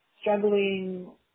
struggling